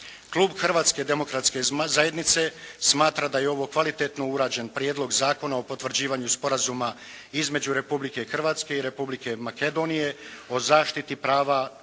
Klub Hrvatske demokratske zajednice smatra da je ovo kvalitetno urađen Prijedlog zakona o potvrđivanju Sporazuma između Republike Hrvatske i Republike Makedonije o zaštiti prava hrvatske